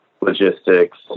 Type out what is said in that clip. logistics